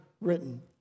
written